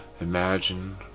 imagine